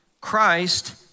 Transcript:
Christ